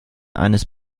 eines